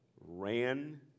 ran